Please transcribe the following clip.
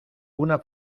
una